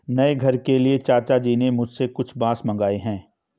नए घर के लिए चाचा जी ने मुझसे कुछ बांस मंगाए हैं